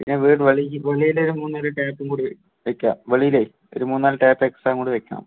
പിന്നെ വീട് വെളിക്ക് വെളിയില് മൂന്നൊരു ടാപ്പും കൂടെ വരും വെക്കാം വെളിയിലെ ഒരു മൂന്ന് നാല് ടാപ്പ് എക്സ്ട്രാ അങ്ങോട്ട് വെക്കാം